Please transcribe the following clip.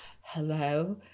Hello